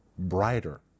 brighter